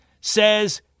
says